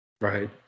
Right